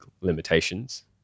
limitations